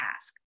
ask